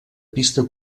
pista